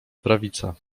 prawica